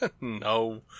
No